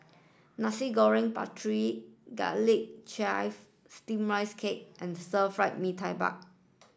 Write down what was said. Nasi Goreng Pattaya garlic chive steam rice cake and Stir Fried Mee Tai Mak